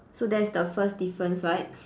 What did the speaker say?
so that's the first difference right